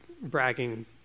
bragging